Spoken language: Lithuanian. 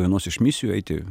vienos iš misijų eiti